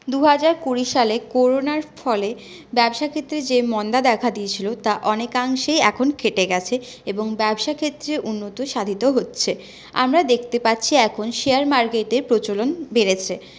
দুহাজার কুড়ি সালে করোনার ফলে ব্যবসা ক্ষেত্রে যে মন্দা দেখা দিয়েছিল তা অনেকাংশেই এখন কেটে গেছে এবং ব্যবসা ক্ষেত্রে উন্নতিও সাধিত হচ্ছে আমরা দেখতে পাচ্ছি এখন শেয়ার মার্কেটের প্রচলন বেড়েছে